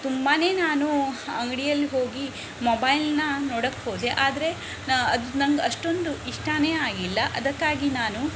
ತುಂಬಾ ನಾನು ಅಂಗ್ಡಿಯಲ್ಲಿ ಹೋಗಿ ಮೊಬೈಲ್ನ ನೋಡೋಕ್ ಹೋದೆ ಆದರೆ ಅದು ನಂಗಷ್ಟೊಂದು ಇಷ್ಟಾ ಆಗಿಲ್ಲ ಅದಕ್ಕಾಗಿ ನಾನು